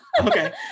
Okay